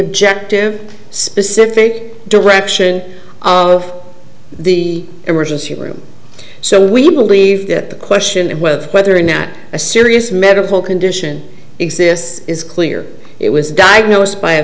objective specific direction of the emergency room so we believe that the question of whether whether or not a serious medical condition exists is clear it was diagnosed by a